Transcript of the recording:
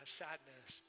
sadness